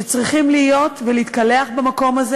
שצריכים להיות ולהתקלח במקום הזה.